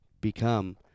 become